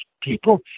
people